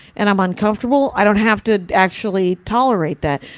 and i'm uncomfortable, i don't have to actually tolerate that.